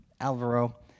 Alvaro